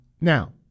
Now